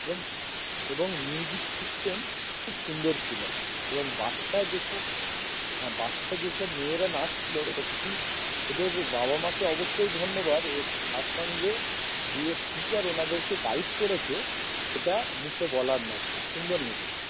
এবং এবং music system খুব সুন্দর ছিল এবং বাচ্চা যেসব হ্যাঁ বাচ্চা যেসব মেয়েরা নাচছিল সত্যিই ওদের বাবা মাকে অবশ্যই ধন্যবাদ এর তার সঙ্গে যে টিচার ওনাদেরকে গাইড করেছে সেটা মুখে বলার নয় খুব সুন্দর নেচেছে